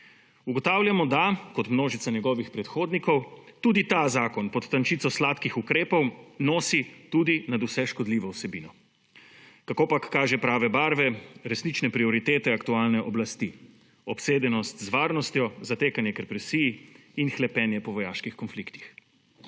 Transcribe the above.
Ugotavljamo, da kot množica njegovih predhodnikov tudi ta zakon pod tančico sladkih ukrepov nosi tudi nadvse škodljivo vsebino, kakopak kaže prave barve, resnične prioritete aktualne oblasti, obsedenost z varnostjo, zatekanje k represiji in hlepenje po vojaških konfliktih.